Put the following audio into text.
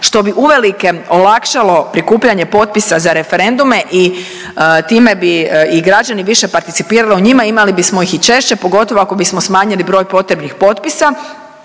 što bi uvelike olakšalo prikupljanje potpisa za referendume i time bi i građani više participirali u njima imali bismo ih i češće, pogotovo ako bismo smanjili broj potrebnih potpisa.